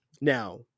Now